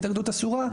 התאגדות אסורה,